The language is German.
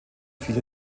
fiel